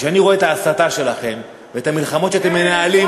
וכשאני רואה את ההסתה שלכם ואת המלחמות שאתם מנהלים,